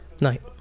night